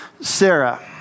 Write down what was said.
Sarah